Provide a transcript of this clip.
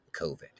COVID